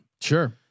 Sure